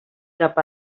cap